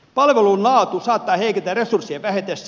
palvelun laatu saattaa heiketä resurssien vähetessä